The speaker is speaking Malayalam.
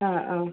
ആ ആ